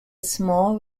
small